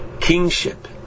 kingship